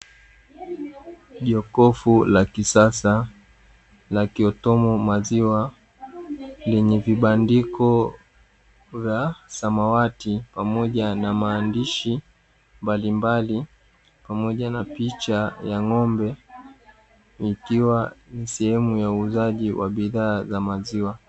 Jokofu la kisasa la kuweka maziwa yenye vibandiko vya samawati pamoja na maandishi mbalimbali, pamoja na picha ya ng'ombe ikiwa ni sehemu ya uuzaji wa bidhaa za maziwa.